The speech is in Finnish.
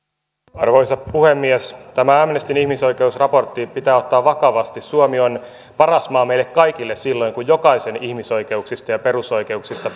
arvoisa puhemies tämä amnestyn ihmisoikeusraportti pitää ottaa vakavasti suomi on paras maa meille kaikille silloin kun jokaisen ihmisoikeuksista ja perusoikeuksista